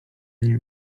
nie